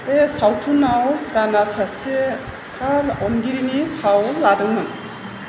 बे सावथुनआव प्राणआ सासे थार अनगिरिनि फाव लादोंमोन